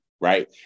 right